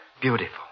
beautiful